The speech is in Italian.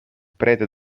prete